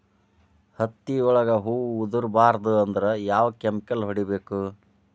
ಹತ್ತಿ ಒಳಗ ಹೂವು ಉದುರ್ ಬಾರದು ಅಂದ್ರ ಯಾವ ಕೆಮಿಕಲ್ ಹೊಡಿಬೇಕು?